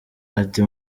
ati